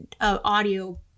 audio